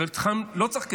לחלקם לא צריך כסף,